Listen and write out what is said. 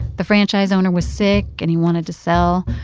the franchise owner was sick, and he wanted to sell.